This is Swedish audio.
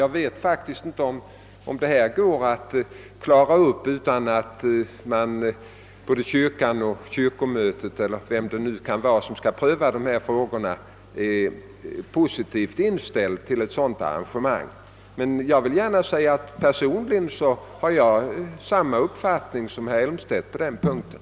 Jag vet inte om dessa spörsmål kan klaras upp utan att kyrkomötet — eller vilken instans det nu är som i sista hand skall avgöra dessa frågor är positivt inställt till ett sådant arrangemang. Personligen har jag samma uppfatining som herr Elmstedt på den punkten.